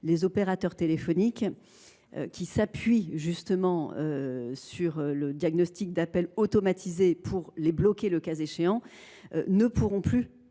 les opérateurs téléphoniques, qui s’appuient sur le diagnostic d’appels automatisés pour les bloquer le cas échéant, ne pourront plus